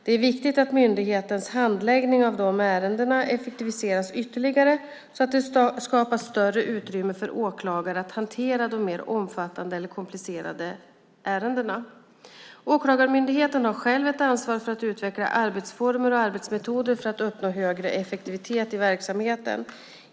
Det är viktigt att myndighetens handläggning av dessa ärenden effektiviseras ytterligare så att det skapas större utrymme för åklagare att hantera de mer omfattande eller komplicerade ärendena. Åklagarmyndigheten har själv ett ansvar för att utveckla arbetsformer och arbetsmetoder för att uppnå en högre effektivitet i verksamheten.